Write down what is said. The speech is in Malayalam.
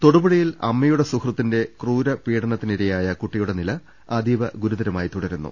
തൊടുപുഴയിൽ അമ്മയുടെ സുഹൃത്തിന്റെ ക്രൂര പീഡനത്തിന് ഇരയായ കുട്ടിയുടെ നില അതീവഗുരുതരമായി തുടരുന്നു